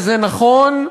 וזה נכון: